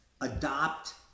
adopt